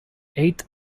eight